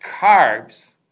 carbs